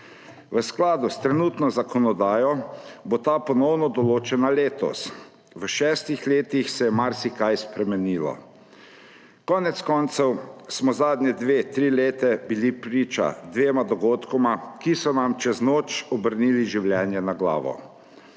V skladu s trenutno zakonodajo bo ta ponovno določena letos. V šestih letih se je marsikaj spremenilo. Konec koncev smo zadnji dve, tri leta bili priča dvema dogodkoma, ki sta nam čez noč obrnila življenje na glavo.